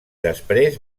després